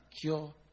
cure